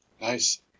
nice